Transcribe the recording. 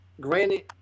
granted